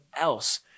else